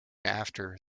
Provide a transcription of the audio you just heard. after